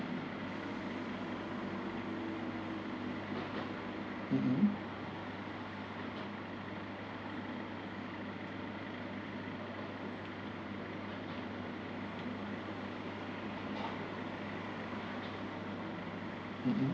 mmhmm mmhmm